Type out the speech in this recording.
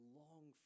long